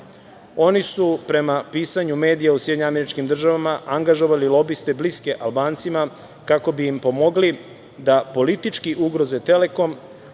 Oni su, prema pisanju medija u SAD, angažovali lobiste bliske Albancima kako bi im pomogli da politički ugroze „Telekom“